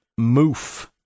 Moof